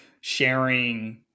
sharing